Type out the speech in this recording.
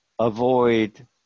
avoid